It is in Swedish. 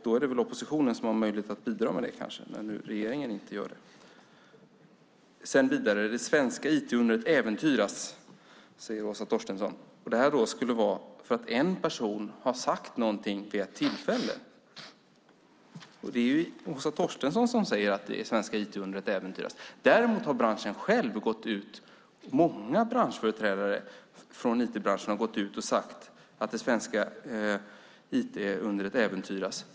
Då är det kanske oppositionen som har möjlighet att bidra med det när regeringen inte gör det. Det svenska IT-undret äventyras, säger Åsa Torstensson, för att en person har sagt någonting vid ett tillfälle. Det är Åsa Torstensson som säger att det svenska IT-undret äventyras. Däremot har många företrädare från IT-branschen gått ut och sagt att det svenska IT-undret äventyras.